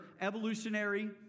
evolutionary